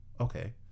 okay